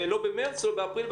לא באפריל,